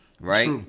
Right